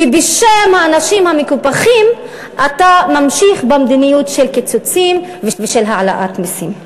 כי בשם האנשים המקופחים אתה ממשיך במדיניות של קיצוצים ושל העלאת מסים.